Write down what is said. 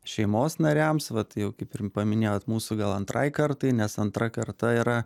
šeimos nariams vat jau kaip ir paminėjot mūsų gal antrai kartai nes antra karta yra